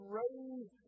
raise